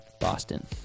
Boston